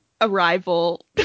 Arrival